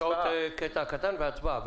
יש עוד קטע קטן והצבעה.